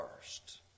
first